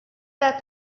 that